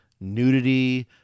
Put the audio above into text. nudity